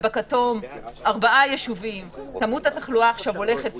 בכתום ארבעה ישובים כמות התחלואה עולה